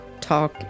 talk